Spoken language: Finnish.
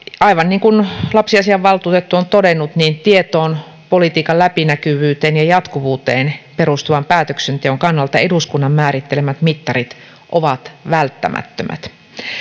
aivan niin kuin lapsiasiainvaltuutettu on todennut niin tietoon politiikan läpinäkyvyyteen ja jatkuvuuteen perustuvan päätöksenteon kannalta eduskunnan määrittelemät mittarit ovat välttämättömät